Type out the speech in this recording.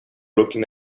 looking